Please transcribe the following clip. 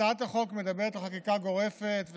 הצעת החוק מדברת על חקיקה גורפת,